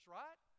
right